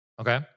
okay